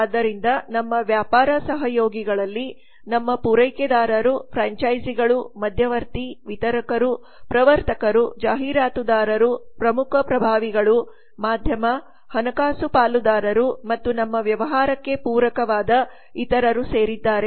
ಆದ್ದರಿಂದ ನಮ್ಮ ವ್ಯಾಪಾರ ಸಹಯೋಗಿಗಳಲ್ಲಿ ನಮ್ಮ ಪೂರೈಕೆದಾರರು ಫ್ರಾಂಚೈಸಿಗಳು ಮಧ್ಯವರ್ತಿ ವಿತರಕರು ಪ್ರವರ್ತಕರು ಜಾಹೀರಾತುದಾರರು ಪ್ರಮುಖ ಪ್ರಭಾವಿಗಳು ಮಾಧ್ಯಮ ಹಣಕಾಸು ಪಾಲುದಾರರು ಮತ್ತು ನಮ್ಮ ವ್ಯವಹಾರಕ್ಕೆ ಪೂರಕವಾದ ಇತರರು ಸೇರಿದ್ದಾರೆ